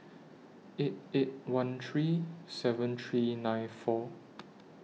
eight eight one three seven three nine four